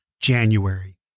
January